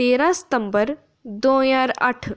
तेरां सितम्बर दो ज्हार अट्ठ